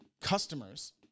customers